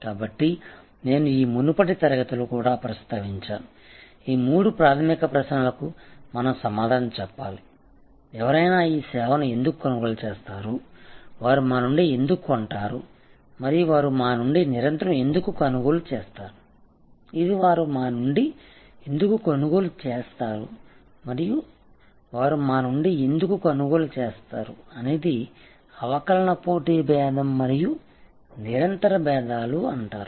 కాబట్టి నేను ఈ మునుపటి తరగతిలో కూడా ప్రస్తావించాను ఈ మూడు ప్రాథమిక ప్రశ్నలకు మనం సమాధానం చెప్పాలి ఎవరైనా ఈ సేవను ఎందుకు కొనుగోలు చేస్తారు వారు మా నుండి ఎందుకు కొంటారు మరియు వారు మా నుండి నిరంతరం ఎందుకు కొనుగోలు చేస్తారు ఇది వారు మా నుండి ఎందుకు కొనుగోలు చేస్తారు మరియు వారు మా నుండి ఎందుకు కొనుగోలు చేస్తారు అనేది అవకలన పోటీ భేదం మరియు నిరంతర భేదాలు అంటారు